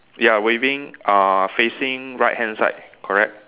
ya waving uh facing right hand side correct